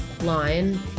line